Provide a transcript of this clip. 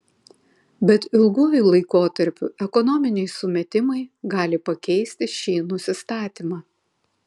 bet ilguoju laikotarpiu ekonominiai sumetimai gali pakeisti šį nusistatymą